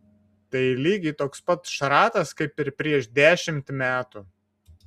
tai lygiai toks pat šratas kaip ir prieš dešimt metų